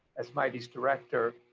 as mitei's director,